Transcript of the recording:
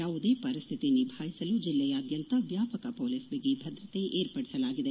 ಯಾವುದೇ ಪರಿಸ್ಥಿತಿ ನಿಭಾಯಿಸಲು ಜಿಲ್ಲೆಯಾದ್ಯಂತ ವ್ಯಾಪಕ ಮೊಲೀಸ್ ಬಿಗಿ ಭದ್ರತೆ ಏರ್ಪಡಿಸಲಾಗಿದೆ